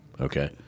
Okay